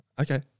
okay